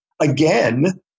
again